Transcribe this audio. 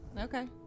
Okay